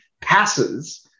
passes